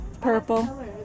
Purple